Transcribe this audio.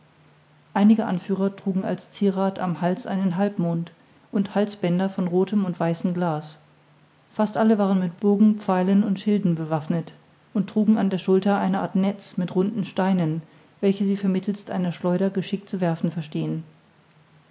einige anführer trugen als zierrath am hals einen halbmond und halsbänder von rothem und weißem glas fast alle waren mit bogen pfeilen und schilden bewaffnet und trugen an der schulter eine art netz mit runden steinen welche sie vermittelst einer schleuder geschickt zu werfen verstehen